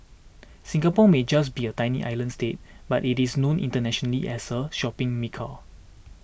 Singapore may just be a tiny island state but it is known internationally as a shopping mecca